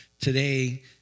today